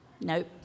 nope